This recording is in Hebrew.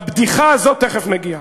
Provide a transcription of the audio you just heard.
לבדיחה הזאת תכף נגיע.